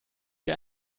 wir